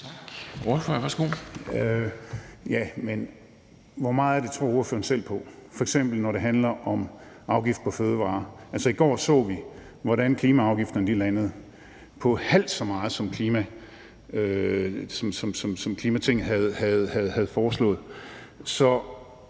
hvor meget af det tror ordføreren selv på, f.eks. når det handler om afgift på fødevarer? Altså, i går så vi, hvordan klimaafgifterne landede på halvt så meget, som Klimaborgertinget havde foreslået.